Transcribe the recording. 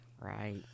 Right